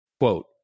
quote